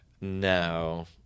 No